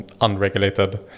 unregulated